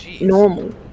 normal